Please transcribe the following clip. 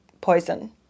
poison